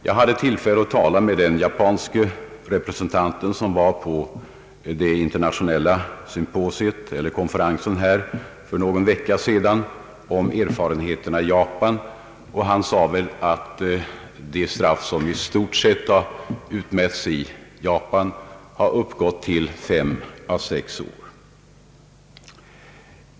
Jag hade tillfälle att tala med den japanske representanten på den internationella konferens, som hölls här för någon vecka sedan, om erfarenheterna i Japan. Han sade att de straff som utmätts i Japan i stort sett hade uppgått till fem å sex år.